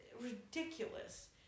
ridiculous